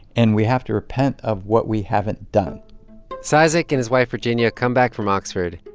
and we have to repent of what we haven't done cizik and his wife virginia come back from oxford.